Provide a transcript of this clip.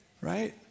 right